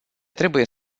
trebuie